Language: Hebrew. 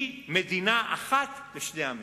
היא מדינה אחת לשני עמים.